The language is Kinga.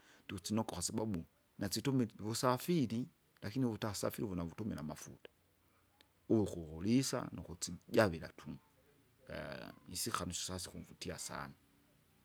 Ndusinokwa kwasabau, nasitumile uvusafiri, lakini uvata safiri uvu navutumila amafuta. Uvu kuvulisa, nukutsijavila tunu, nisika nususa sikumvutia sana.